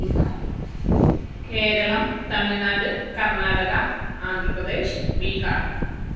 Bihar Keralam Tamil Nadu Karnataka Andhra Pradesh Bihar